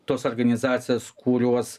tos organizacijos kurios